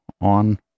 on